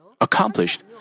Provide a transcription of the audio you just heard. accomplished